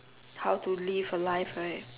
how to live a life right